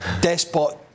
despot